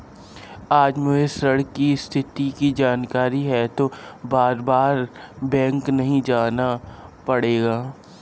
अब मुझे ऋण की स्थिति की जानकारी हेतु बारबार बैंक नहीं जाना पड़ेगा